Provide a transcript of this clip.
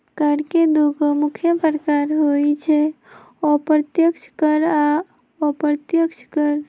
कर के दुगो मुख्य प्रकार होइ छै अप्रत्यक्ष कर आ अप्रत्यक्ष कर